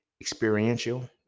experiential